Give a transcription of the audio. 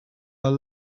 are